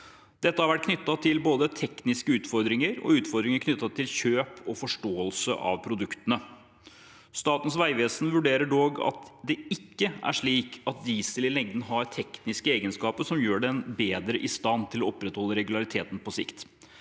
Dette har vært knyttet til både tekniske utfordringer og utfordringer knyttet til kjøp og forståelse av produktene. Statens vegvesen vurderer dog at det ikke er slik at diesel i lengden har tekniske egenskaper som gjør den bedre i stand til å opprettholde regularitet på sikt.